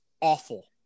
awful